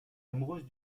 amoureuse